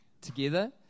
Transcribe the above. together